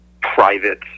private